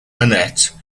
annette